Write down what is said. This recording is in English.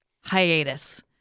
Hiatus